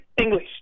English